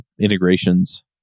integrations